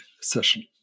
Session